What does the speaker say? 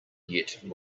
yet